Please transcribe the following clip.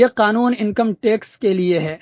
یہ قانون income tax کے لیے ہے